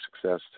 success